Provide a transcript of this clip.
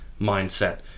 mindset